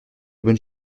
bonne